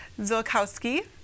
Zilkowski